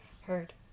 Heard